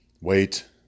Wait